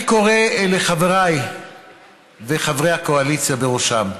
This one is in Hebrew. אני קורא לחבריי ולחברי הקואליציה בראשם: